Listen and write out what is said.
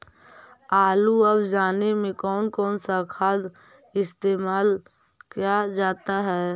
आलू अब जाने में कौन कौन सा खाद इस्तेमाल क्या जाता है?